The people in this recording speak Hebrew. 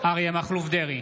אריה מכלוף דרעי,